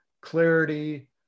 clarity